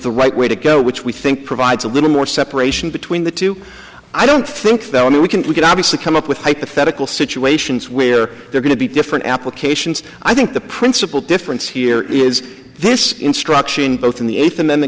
the right way to go which we think provides a little more separation between the two i don't think that when we can we could obviously come up with hypothetical situations where they're going to be different applications i think the principal difference here is this instruction both in the eighth a